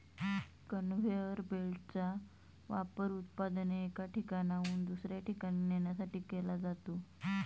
conveyor बेल्टचा वापर उत्पादने एका ठिकाणाहून दुसऱ्या ठिकाणी नेण्यासाठी केला जातो